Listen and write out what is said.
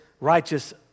righteous